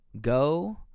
go